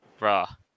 Bruh